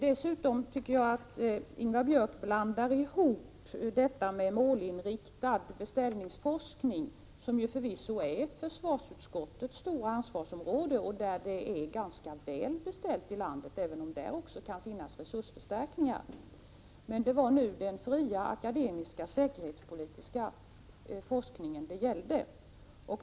Vidare tycker jag att Ingvar Björk blandar ihop detta med målinriktad beställningsforskning, som ju förvisso är försvarsutskottets stora ansvarsområde och där det är ganska väl beställt i landet, även om det där också kan finnas behov av resursförstärkningar, med den fria akademiska säkerhetspolitiska forskningen.